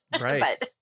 Right